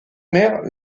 mère